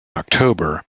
october